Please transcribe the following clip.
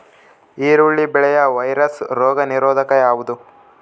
ಈರುಳ್ಳಿ ಬೆಳೆಯ ವೈರಸ್ ರೋಗ ನಿರೋಧಕ ಯಾವುದು?